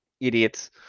Idiots